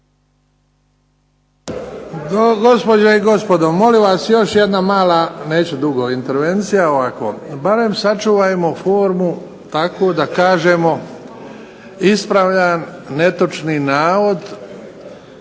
Gospođe i gospodo, molim vas još jedna mala, neću dugo, intervencija. Barem sačuvajmo formu tako da kažemo ispravljam netočni navod,